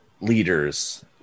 leaders